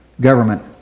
government